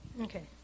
Okay